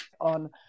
on